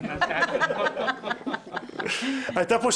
הינה גפני, בא לברך.